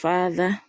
Father